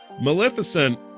Maleficent